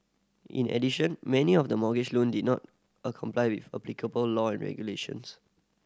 in addition many of the mortgage loan did not a comply with applicable law regulations